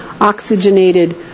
Oxygenated